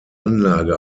anlage